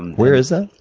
where is that?